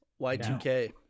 Y2K